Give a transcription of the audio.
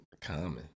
Common